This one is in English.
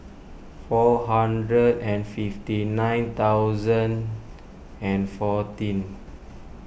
four hundred and fifty nine thousand and fourteen